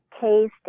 taste